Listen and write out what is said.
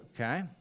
okay